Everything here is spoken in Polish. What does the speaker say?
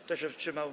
Kto się wstrzymał?